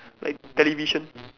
like television